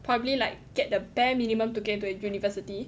probably like get the bare minimum to get into a university